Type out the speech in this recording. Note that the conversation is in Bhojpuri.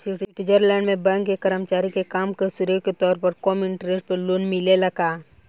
स्वीट्जरलैंड में बैंक के कर्मचारी के काम के श्रेय के तौर पर कम इंटरेस्ट पर लोन मिलेला का?